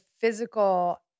physical